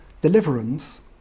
Deliverance